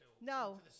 No